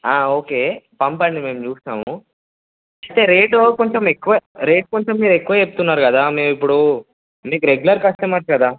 okay పంపండి మేము చూస్తాము అంటే రేటు కొంచెంఎక్కువ రేటు కొంచం మీరు ఎక్కువ చెప్తున్నారు కదా మీరు ఇప్పుడు మీకు రెగ్యులర్ కస్టమర్స్ కదా